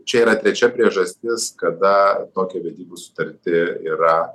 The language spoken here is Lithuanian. čia yra trečia priežastis kada tokią vedybų sutartį yra